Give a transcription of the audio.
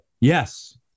Yes